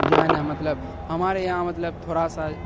جو ہے نا مطلب ہمارے یہاں مطلب تھوڑا سا